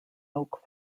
oak